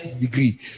degree